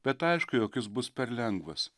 bet aišku jog jis bus per lengvas